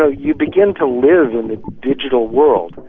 know, you begin to live in the digital world.